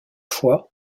fois